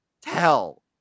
tell